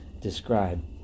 describe